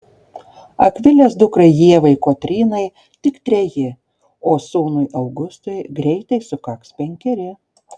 akvilės dukrai ievai kotrynai tik treji o sūnui augustui greitai sukaks penkeri